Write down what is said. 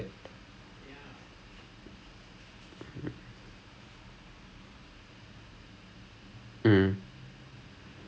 ah it's all in english is all in english ya அது:athu like எனக்கு வந்து:enakku vanthu it's like அவங்கே:avanga script கொடுப்பாங்கே இல்லையா:koduppaangae illaiyaa then or like or like